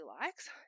likes